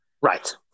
Right